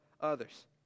others